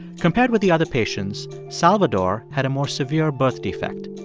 compared with the other patients, salvador had a more severe birth defect.